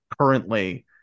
currently